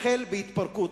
תחל בהתפרקות.